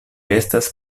estas